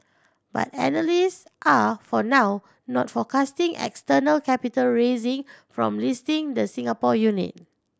but analysts are for now not forecasting external capital raising from listing the Singapore unit